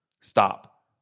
Stop